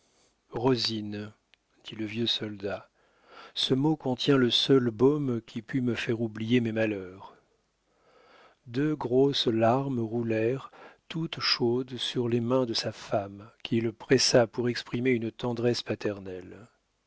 rosine dit le vieux soldat ce mot contient le seul baume qui pût me faire oublier mes malheurs deux grosses larmes roulèrent toutes chaudes sur les mains de sa femme qu'il pressa pour exprimer une tendresse paternelle